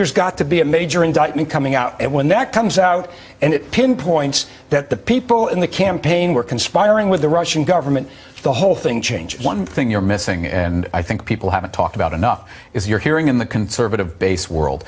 there's got to be a major indictment coming out when that comes out and it pinpoints that the people in the campaign were conspiring with the russian government the whole thing change one thing you're missing and i think people haven't talked about enough is you're hearing in the conservative base world